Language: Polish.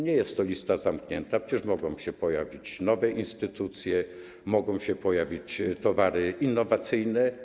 Nie jest to lista zamknięta, mogą się pojawić nowe instytucje, mogą się pojawić towary innowacyjne.